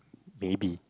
maybe